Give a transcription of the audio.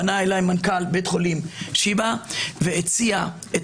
פנה אליי מנכ"ל בית חולים שיבא והציע את